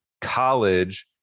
college